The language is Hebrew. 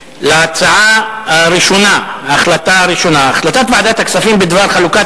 ההצעה הראשונה: החלטת ועדת הכספים בדבר חלוקת